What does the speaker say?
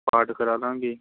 ਪਾਠ ਕਰਾ ਦਾਂਗੇ